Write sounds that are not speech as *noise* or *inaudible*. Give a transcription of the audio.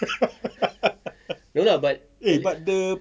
*laughs* eh but the